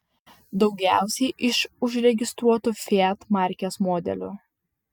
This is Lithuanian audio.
daugiausiai iš užregistruotų fiat markės modelių